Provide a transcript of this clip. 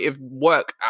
work